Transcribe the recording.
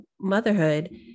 motherhood